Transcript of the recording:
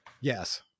Yes